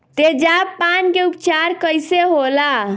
तेजाब पान के उपचार कईसे होला?